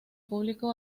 público